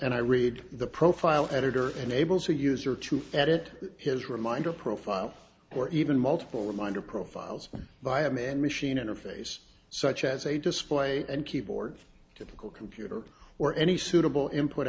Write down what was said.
and i read the profile editor enables a user to edit his reminder profile or even multiple reminder profiles by a man machine interface such as a display and keyboard typical computer or any suitable input